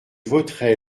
voterai